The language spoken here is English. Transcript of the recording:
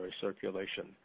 circulation